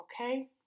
Okay